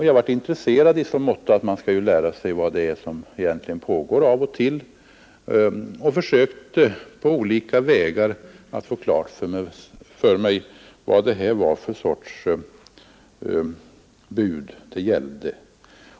Jag var intresserad i så måtto att man skall lära sig vad det är som egentligen pågår av och till och försökte därför på olika vägar få klart för mig vad budet innebar.